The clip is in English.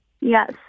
Yes